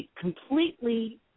completely